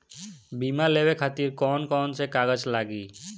बीमा लेवे खातिर कौन कौन से कागज लगी?